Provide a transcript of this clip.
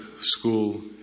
school